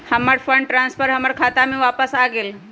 हमर fund transfer हमर खाता में वापस आ गेल